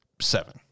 Seven